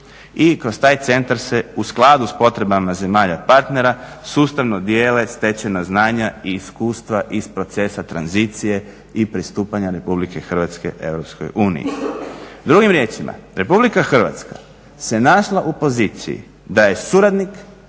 i kroz taj centar se u skladu s potrebama zemalja partnera sustavno dijele stečena znanja i iskustva iz procesa tranzicije i pristupanja RH EU. Drugim riječima, RH se našla u poziciji da je suradnik, mentor